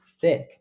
thick